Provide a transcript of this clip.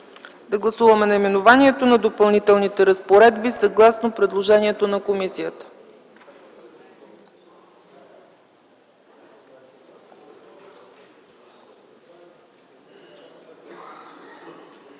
да гласуваме наименованието на Допълнителните разпоредби, съгласно предложението на комисията.